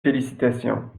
félicitations